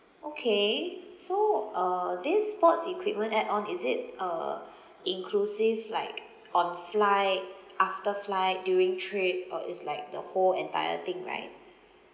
okay so uh this sports equipment add-on is it uh inclusive like on flight after flight during trip or is like the whole entire thing right